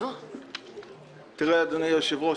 אדוני היושב-ראש,